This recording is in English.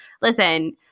listen